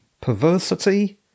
perversity